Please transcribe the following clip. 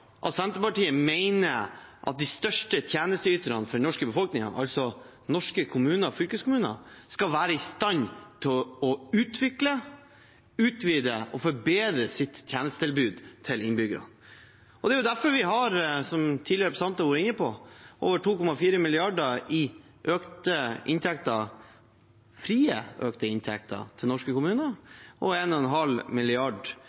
at Senterpartiet mener at de største tjenesteyterne for den norske befolkningen, altså norske kommuner og fylkeskommuner, skal være i stand til å utvikle, utvide og forbedre sitt tjenestetilbud til innbyggerne. Det er derfor vi – som representanter tidligere har vært inne på – har over 2,4 mrd. kr i økte frie inntekter til norske kommuner